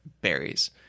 berries